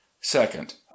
Second